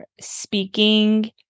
speaking